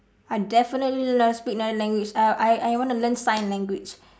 I definitely love speak another language uh I I want to learn sign language